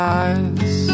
eyes